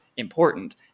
important